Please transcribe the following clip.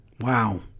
Wow